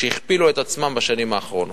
שהכפילו את עצמם בשנים האחרונות.